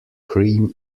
cream